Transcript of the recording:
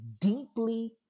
deeply